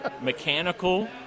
mechanical